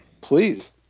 Please